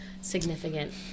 Significant